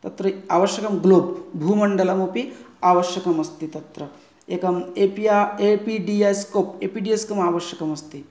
तत्र आवश्यकं ग्लोब् भूमण्डलमपि अवश्यकमस्ति तत्र एकम् एपिय एपिडियेस्को एपिडियस्कम् आवश्यकमस्ति